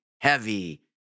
heavy